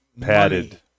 padded